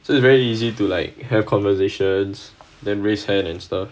so it's very easy to like have conversations then race hand and stuff